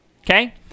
okay